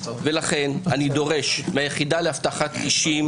ולכן אני דורש מהיחידה לאבטחת אישים